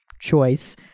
choice